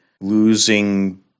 losing